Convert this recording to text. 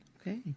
Okay